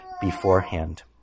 beforehand